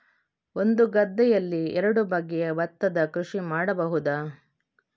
ಒಂದು ಗದ್ದೆಯಲ್ಲಿ ಎರಡು ಬಗೆಯ ಭತ್ತದ ಕೃಷಿ ಮಾಡಬಹುದಾ?